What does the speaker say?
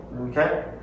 Okay